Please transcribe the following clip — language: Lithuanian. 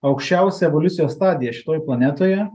aukščiausia evoliucijos stadija šitoj planetoje